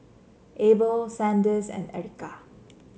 Abel Sanders and Ericka